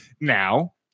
Now